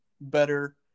better